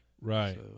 right